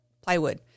plywood